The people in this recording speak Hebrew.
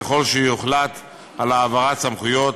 ככל שיוחלט על העברת סמכויות,